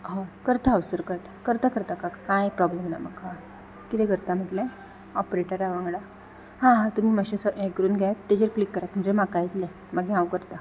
हय करता हांव सुरू करतां करता करता काका कांय एक प्रोब्लम ना म्हाका कितें करता म्हटलें ऑपरेटरां वांगडा हां हां तुमी मातशें हें करून घेयात तेजेर क्लीक करात म्हणजे म्हाका येतलें मागीर हांव करतां